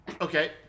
Okay